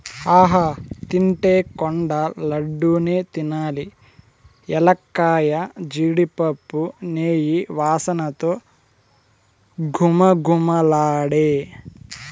ఆహా తింటే కొండ లడ్డూ నే తినాలి ఎలక్కాయ, జీడిపప్పు, నెయ్యి వాసనతో ఘుమఘుమలాడే